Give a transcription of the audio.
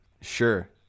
Sure